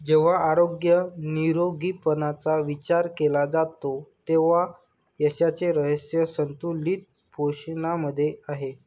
जेव्हा आरोग्य निरोगीपणाचा विचार केला जातो तेव्हा यशाचे रहस्य संतुलित पोषणामध्ये आहे